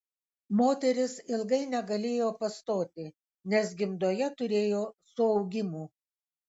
moteris ilgai negalėjo pastoti nes gimdoje turėjo suaugimų